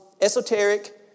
esoteric